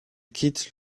quitte